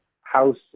House